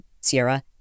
sierra